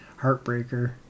heartbreaker